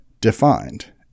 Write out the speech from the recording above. defined